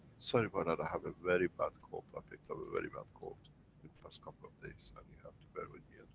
sorry about that, i have a very bad cold. i've picked ah up a very bad cold the past couple of days. and you have to bear with me,